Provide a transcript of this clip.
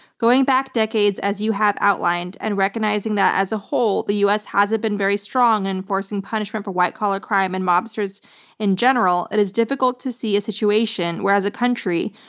going back decades as you have outlined, and recognizing that as a whole the us hasn't been very strong in enforcing punishment for white collar crime and mobsters in general, it is difficult to see a situation where as a country,